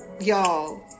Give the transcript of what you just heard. y'all